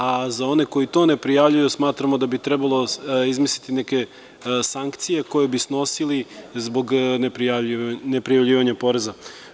A za one koji to ne prijavljuju smatramo da bi trebalo izmisliti neke sankcije koje bismo snosili zbog neprijavljivanja poreza.